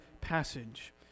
passage